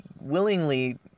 willingly